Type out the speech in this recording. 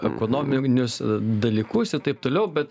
ekonomimnius dalykus ir taip toliau bet